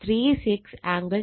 36 angle 13